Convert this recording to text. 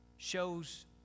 Shows